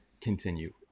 continue